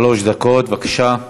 שלוש דקות, בבקשה.